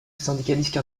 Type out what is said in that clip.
syndicaliste